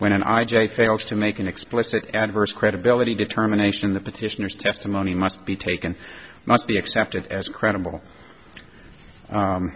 when an i j fails to make an explicit adverse credibility determination the petitioners testimony must be taken must be accepted as credible